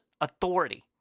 authority